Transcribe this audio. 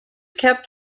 kept